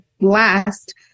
last